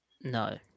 No